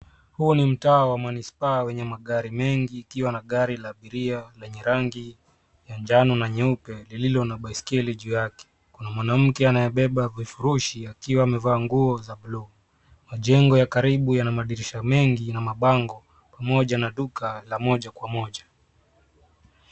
Huu ni mtaa wa Manispaa wenye magari mengi ikiwa na gari la abiria lenye rangi ya njano na nyeupe lililo na baiskeli juu yake. Kuna mwanamke anayebeba vifurushi akiwa amevaa nguo za buluu. Majengo ya karibu yana madirisha mengi na mabango pamoja na duka la moja kwa moja.